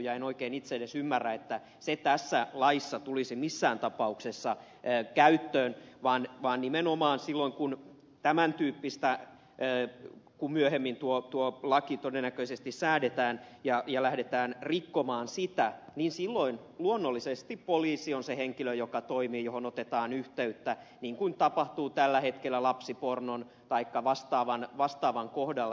en oikein edes itse ymmärrä että se tässä laissa tulisi missään tapauksessa käyttöön vaan nimenomaan silloin kun myöhemmin tuo laki todennäköisesti säädetään ja sitä lähdetään rikkomaan silloin luonnollisesti poliisi on se henkilö joka toimii johon otetaan yhteyttä niin kuin tapahtuu tällä hetkellä lapsipornon taikka vastaavan kohdalla